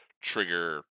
trigger